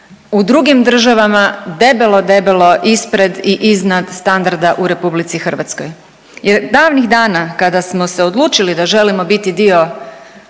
u drugim državama debelo, debelo ispred i iznad standarda u Republici Hrvatskoj. Jer davnih dana kada smo se odlučili da želimo biti dio